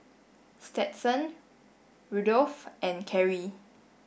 Stetson Rudolph and Carie